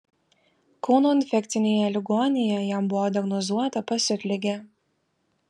kauno infekcinėje ligoninėje jam buvo diagnozuota pasiutligė